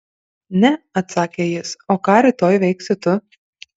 ne atsakė jis o ką rytoj veiksi tu